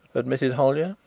admitted hollyer,